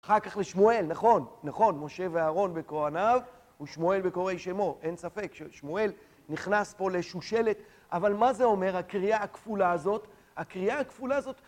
אחר כך לשמואל, נכון, נכון, משה ואהרון וכוהניו, ושמואל בקוראי שמו, אין ספק, שמואל נכנס פה לשושלת, אבל מה זה אומר, הקריאה הכפולה הזאת, הקריאה הכפולה הזאת...